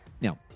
Now